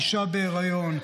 אישה בהיריון,